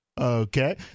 Okay